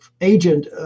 agent